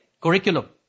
Curriculum